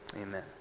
amen